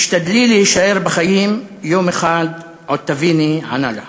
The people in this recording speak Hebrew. תשתדלי להישאר בחיים, יום אחד עוד תביני", ענה לה.